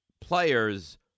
players